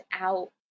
out